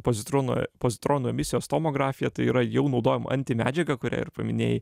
pozitrono pozitronų emisijos tomografija tai yra jau naudojama antimedžiaga kurią ir paminėjai